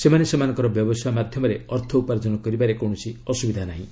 ସେମାନେ ସେମାନଙ୍କ ବ୍ୟବସାୟ ମାଧ୍ୟମରେ ଅର୍ଥ ଉପାର୍ଜନ କରିବାରେ କୌଣସି ଅସୁବିଧା ନାହିଁ